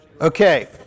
Okay